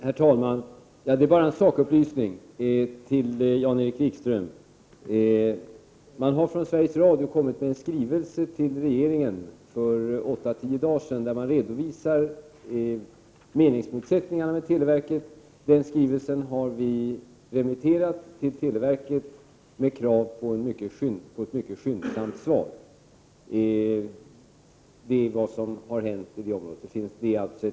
Herr talman! Bara en sakupplysning till Jan-Erik Wikström. Sveriges Radio har för åtta tio dagar sedan inkommit med en skrivelse till regeringen, där man redovisar meningsmotsättningarna mellan Sveriges Radio och televerket i den här frågan. Den skrivelsen har vi remitterat till televerket med krav på ett mycket skyndsamt svar. Det är vad som har hänt på det här området.